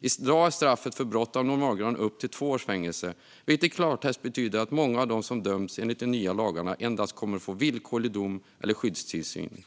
I dag är straffet för brott av normalgraden upp till två års fängelse, vilket i klartext betyder att många av dem som döms enligt de nya lagarna endast kommer att få villkorlig dom eller skyddstillsyn.